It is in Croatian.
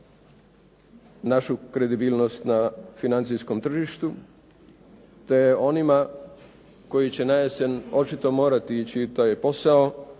našu kredibilnost na financijskom tržištu te onima koji će na jesen očito morati ići i to je posao